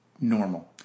normal